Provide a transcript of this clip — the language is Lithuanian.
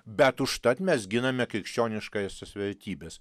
bet užtat mes giname krikščioniškąjąsias vertybes